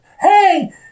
Hey